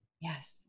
Yes